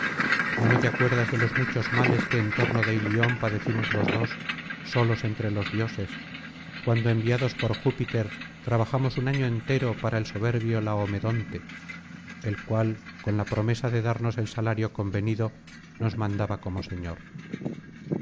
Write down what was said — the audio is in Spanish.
ya no te acuerdas de los muchos males que en torno de ilion padecimos los dos solos entre los dioses cuando enviados por júpiter trabajamos un año entero para el soberbio laomedonte el cual con la promesa de darnos el salario convenido nos mandaba como señor